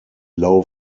low